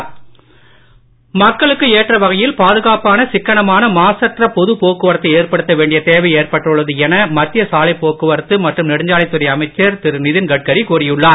நிதின்கட்கரி மக்களுக்கு ஏற்ற வகையில் பாதுகாப்பான சிக்கனமான மாசற்ற பொது போக்குவரத்தை ஏற்படுத்த வேண்டிய தேவை ஏற்பட்டுள்ளது என மத்திய சாலைப் போக்குவரத்து மற்றும் நெடுஞ்சாலைத்துறை அமைச்சர் திரு நிதின் கட்கரி கூறியுள்ளார்